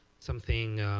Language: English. something,